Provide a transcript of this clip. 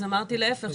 אז אמרתי להיפך,